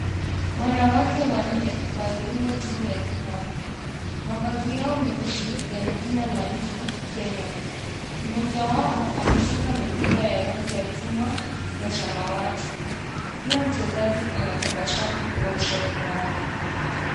Wanawake wanne waliunda timu ya kikapu. Mavazi yao meusi yana jina la nchi Kenya. Moja wao ameshika mipira ya rangi ya chungwa na samawati. Kila mchezaji anatabasamu kubwa usoni mwake.